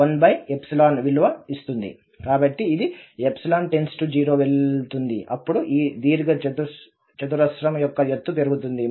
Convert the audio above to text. కాబట్టి ఇది 0 వెళుతుంది అప్పుడు ఈ దీర్ఘచతురస్రం యొక్క ఎత్తు పెరుగుతుంది